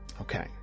Okay